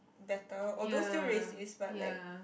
better although racist but like